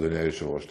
אדוני היושב-ראש.